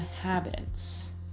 habits